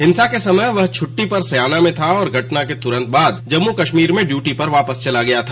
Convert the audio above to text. हिंसा के समय वह वह छुट्टी पर स्याना में था और घटना के तुरंत बाद वह जम्मू कश्मीर में ड्यूटी पर वापस चला गया था